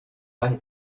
van